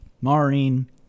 Maureen